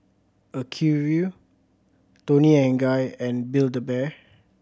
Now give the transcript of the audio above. Acuvue Toni and Guy and Build A Bear